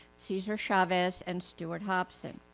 cesar chavez and stewart hobson.